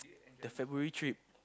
the February trip